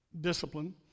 discipline